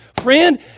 Friend